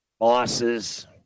bosses